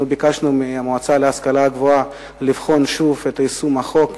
אנחנו ביקשנו מהמועצה להשכלה גבוהה לבחון שוב את יישום החוק,